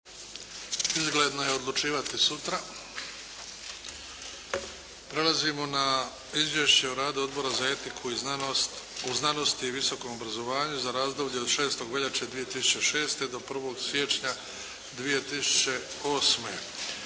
**Bebić, Luka (HDZ)** Prelazimo na - Izvješće o radu Odbora za etiku u znanosti i visokom obrazovanju za razdoblje od 6. veljače 2006. do 1. siječnja 2008.